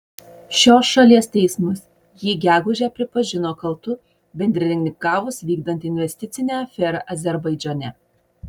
šios šalies teismas jį gegužę pripažino kaltu bendrininkavus vykdant investicinę aferą azerbaidžane